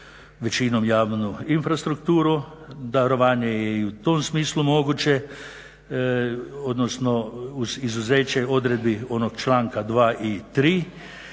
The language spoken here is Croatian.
većinom javnu infrastrukturu. Darovanje je i u tom smislu moguće, odnosno uz izuzeće odredbi onog članka 2. i 3.,